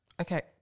Okay